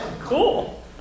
Cool